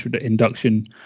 induction